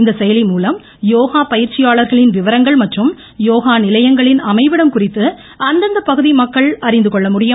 இந்த செயலிமூலம் யோகா பயிற்சியாளர்களின் விவரங்கள் மற்றும் யோகா நிலையங்களின் அமைவிடம் குறித்து அந்தந்த பகுதி மக்கள் அறிந்துகொள்ள முடியும்